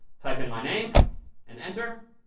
type in my name and enter.